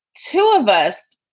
two of us,